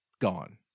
gone